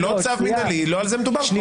זה לא צו מינהלי ולא על זה מדובר כאן.